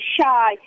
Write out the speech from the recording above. shy